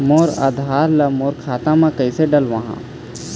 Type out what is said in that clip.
मोर आधार ला मोर खाता मे किसे डलवाहा?